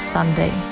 Sunday